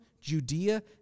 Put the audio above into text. Judea